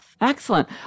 Excellent